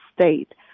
state